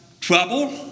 trouble